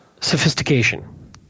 sophistication